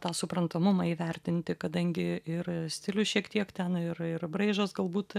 tą suprantamumą įvertinti kadangi ir stilių šiek tiek ten ir ir braižas galbūt